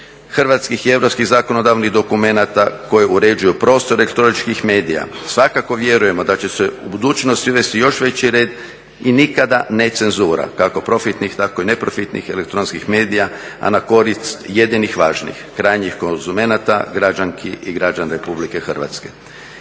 hrvatskih i europskih zakonodavnih dokumenta koji uređuju prostor elektroničkih medija. Svakako vjerujemo da će se u budućnosti uvesti još veći red i nikada ne cenzura kako profitnih tako i neprofitnih elektronskih medija, a na korist jedinih važnih krajnjih konzumenata građanki i građana RH.